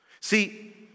See